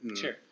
Sure